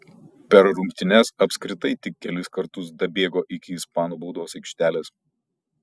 per rungtynes apskritai tik kelis kartus dabėgo iki ispanų baudos aikštelės